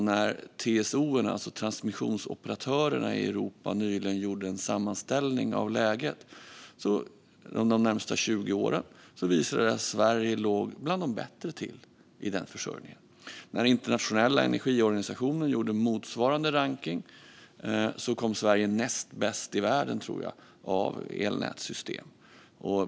När TSO:erna, alltså transmissionsoperatörerna, i Europa nyligen gjorde en sammanställning av läget inför de närmaste 20 åren visade den att Sverige låg bättre till i försörjningen än flertalet andra länder. När Internationella energirådet gjorde motsvarande rankning av elnätssystem blev Sverige näst bäst i världen, tror jag.